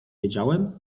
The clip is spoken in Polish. wiedziałem